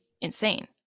insane